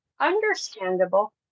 understandable